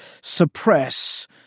suppress